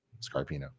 Scarpino